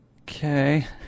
Okay